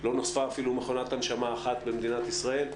לא נוספה אפילו מכונת הנשמה אחת במדינת ישראל,